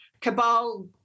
cabal